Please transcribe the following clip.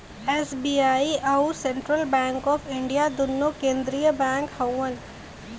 SBI अउर central bank of India दुन्नो केन्द्रिय बैंक हउअन